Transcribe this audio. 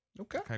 Okay